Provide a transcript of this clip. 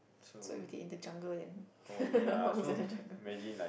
so if they in the jungle then what's with the jungle